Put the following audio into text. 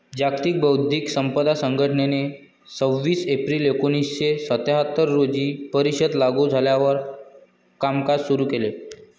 जागतिक बौद्धिक संपदा संघटनेने सव्वीस एप्रिल एकोणीसशे सत्याहत्तर रोजी परिषद लागू झाल्यावर कामकाज सुरू केले